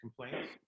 complaints